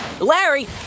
Larry